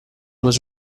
was